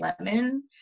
lemon